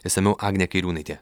išsamiau agnė kairiūnaitė